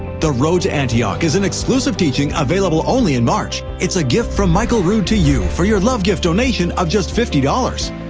the road to antioch is an exclusive teaching available only in march. it's a gift from michael rood to you for your love gift donation of just fifty dollars.